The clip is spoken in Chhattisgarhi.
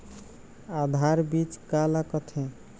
आधार बीज का ला कथें?